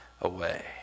away